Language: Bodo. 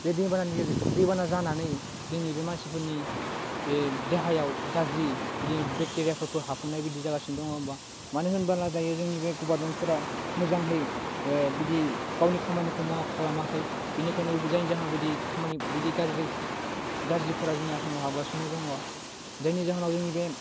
बे दैबानानि गेजेर दै बाना जानानै जोंनि बे मानसिफोरनि बे देहायाव गाज्रि बिदिनो बेक्टेरियाफोरखौ हाबहोनाय बायदि जागासिनो दङ बा मानो होनबोला दायो जोंनि बे गभारमेन्टफोरा मोजांहै ओह बिदि गावनि खामानिखौ मावा खालामाखै बेनिखायनो जायनि जाहोनाव बिदि खामानि बिदि गाज्रि गाज्रिफोरा जोंनि आसामाव हाबगासिनो दङ जायनि जाहोनाव जोंनि बे